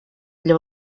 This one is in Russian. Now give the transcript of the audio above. для